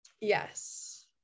Yes